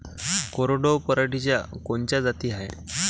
कोरडवाहू पराटीच्या कोनच्या जाती हाये?